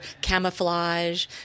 camouflage